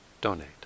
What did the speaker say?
donate